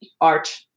art